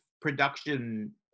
production